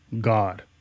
God